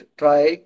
try